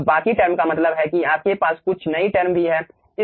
अब बाकी टर्म का मतलब है कि आपके पास कुछ नई टर्म भी हैं